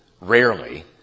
rarely